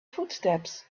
footsteps